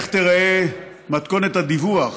איך תיראה מתכונת הדיווח